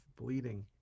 bleeding